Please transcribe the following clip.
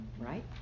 right